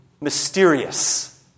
mysterious